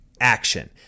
action